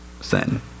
sin